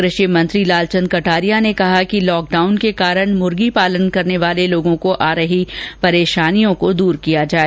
कृषि मंत्री लालचंद कटारिया ने कहा कि लॉकडाउन के कारण मुर्गीपालन करने वाले लोगों को आ रही परेशानियों को दूर किया जाए